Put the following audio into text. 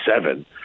seven